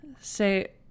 say